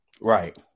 Right